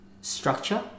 structure